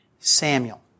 Samuel